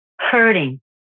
hurting